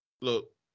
Look